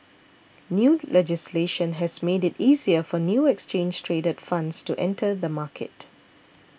new legislation has made it easier for new exchange traded funds to enter the market